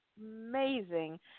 amazing